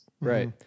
Right